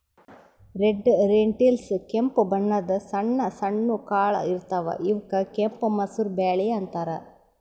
red lentils ಕೆಂಪ್ ಬಣ್ಣದ್ ಸಣ್ಣ ಸಣ್ಣು ಕಾಳ್ ಇರ್ತವ್ ಇವಕ್ಕ್ ಕೆಂಪ್ ಮಸೂರ್ ಬ್ಯಾಳಿ ಅಂತಾರ್